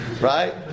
right